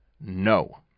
no